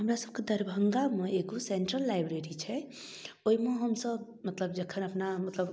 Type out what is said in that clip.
हमरा सबके दरभंगामे एगो सेंट्रल लाइब्रेरी छै ओइमे हमसब मतलब जखन अपना मतलब